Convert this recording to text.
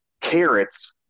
carrots